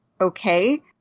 okay